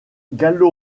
gallo